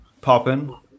popping